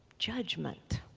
judgment.